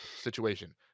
situation